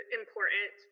important